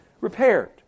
repaired